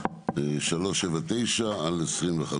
פ/379/25,